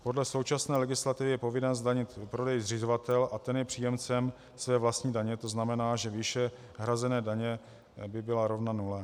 Podle současné legislativy je povinen zdanit prodej zřizovatel a ten je příjemcem své vlastní daně, to znamená, že výše hrazené daně by byla rovna nule.